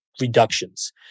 reductions